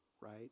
right